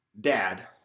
Dad